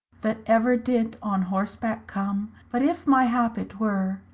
that ever did on horsebacke come, but, if my hap it were,